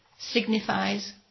signifies